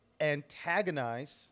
antagonize